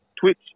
Twitch